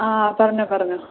ആ പറഞ്ഞോ പറഞ്ഞോ